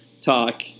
talk